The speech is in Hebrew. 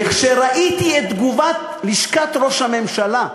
ראיתי את תגובת לשכת ראש הממשלה,